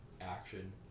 action